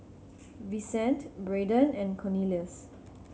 Vicente Braedon and Cornelius